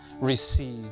receive